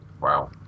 Wow